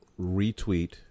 retweet